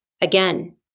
again